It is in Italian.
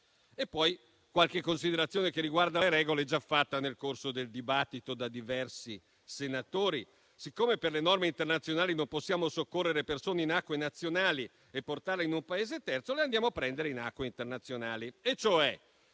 poi qualche considerazione che riguarda le regole, già fatta nel corso del dibattito da diversi senatori. Poiché per le norme internazionali non possiamo soccorrere persone in acque nazionali e portarle in un Paese terzo, le andiamo a prendere in acque internazionali